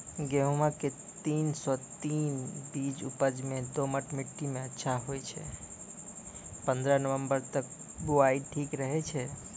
गेहूँम के तीन सौ तीन बीज उपज मे दोमट मिट्टी मे अच्छा होय छै, पन्द्रह नवंबर तक बुआई ठीक रहै छै